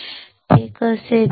ते कसे दिसते